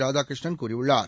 ராதாகிருஷ்ணன் கூறியுள்ளார்